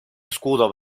escudo